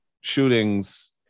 shootings